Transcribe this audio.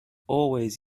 always